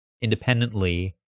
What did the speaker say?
independently